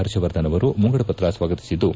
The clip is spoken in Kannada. ಪರ್ಷವರ್ಧನ್ ಆವರು ಮುಂಗಡ ಪತ್ರ ಸ್ವಾಗತಿಸಿದ್ದು